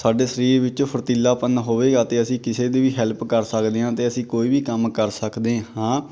ਸਾਡੇ ਸਰੀਰ ਵਿੱਚੋਂ ਫੁਰਤੀਲਾਪਨ ਹੋਵੇਗਾ ਅਤੇ ਅਸੀਂ ਕਿਸੇ ਦੀ ਵੀ ਹੈਲਪ ਕਰ ਸਕਦੇ ਹਾਂ ਅਤੇ ਅਸੀਂ ਕੋਈ ਵੀ ਕੰਮ ਕਰ ਸਕਦੇ ਹਾਂ